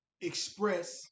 express